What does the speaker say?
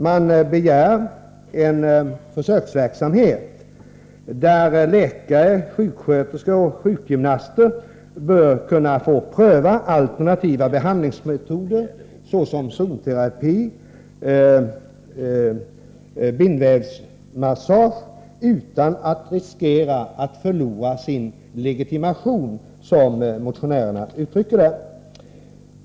De kräver en försöksverksamhet, där läkare, sjuksköterskor och sjukgymnaster bör kunna få pröva alternativa behandlingsmetoder såsom zonterapi och bindvävsmassage utan att riskera sin legitimation, som motionärerna uttrycker det.